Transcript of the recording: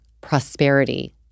prosperity